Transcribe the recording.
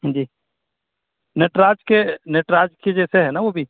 جی نٹراج کے نٹراج کے جیسے ہے نہ وہ بھی